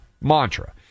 mantra